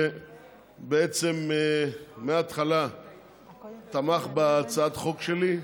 שבעצם מההתחלה תמך בהצעת החוק שלי.